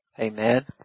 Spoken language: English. Amen